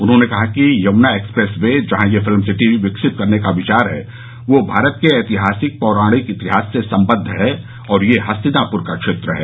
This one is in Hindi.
उन्होंने कहा कि यमुना एक्सप्रेस वे जहां यह फिल्म सिटी विकसित करने का विचार है वह भारत के ऐतिहासिक पौराणिक इतिहास से संबद्ध है और यह हस्तिनाप्र का क्षेत्र है